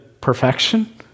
perfection